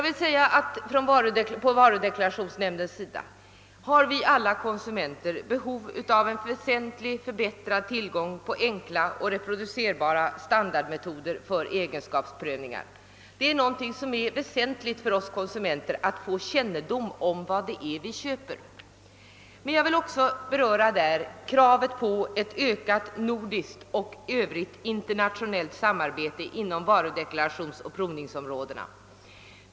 Alla vi konsumenter har behov av en väsentligt förbättrad tillgång på enkla och reproducerbara standardmetoder för egenskapsprövningar. Det är väsentligt för oss att vi får kännedom om vad det är vi köper. Jag vill också beröra kravet på ett ökat nordiskt och internationellt samarbete på varudeklarationsoch provningsområdena.